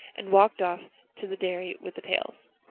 and walked off to the dairy with the pails.